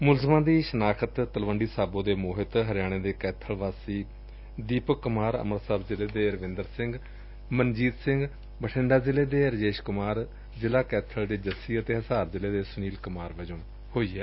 ਮੁਲਾਜ਼ਮਾਂ ਦੀ ਸ਼ਨਾਖਤ ਤਲਵੰਡੀ ਸਾਬੋ ਦੇ ਮੋਹਿਤ ਹਰਿਆਣਾ ਦੇ ਕੈਬਲ ਵਾਸੀ ਦੀਪਕ ਕੁਮਾਰ ਅੰਮਿਤਸਰ ਜ਼ਿਲੇ ਦੇ ਰਾਵੰਦਰ ਸਿੰਘ ਮਨਜੀਤ ਸਿੰਘ ਬਠਿੰਡਾ ਜ਼ਿਲੇ ਦੇ ਰਾਜੇਸ਼ ਕੁਮਾਰ ਜ਼ਿਲੂਾ ਕੈਬਲ ਦੇ ਜੱਸੀ ਅਤੇ ਹਿਸਾਰ ਜ਼ਿਲ੍ਹੇ ਦੇ ਸੁਨੀਲ ਕੁਮਾਰ ਵਜੋ ਹੋਈ ਏ